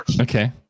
Okay